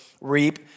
reap